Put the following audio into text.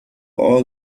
all